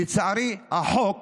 לצערי החוק